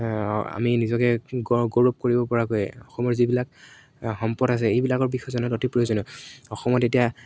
আমি নিজকে গ গৌৰৱ কৰিব পৰাকৈ অসমৰ যিবিলাক সম্পদ আছে এইবিলাকৰ বিষয়ে জনাটো অতি প্ৰয়োজনীয় অসমত এতিয়া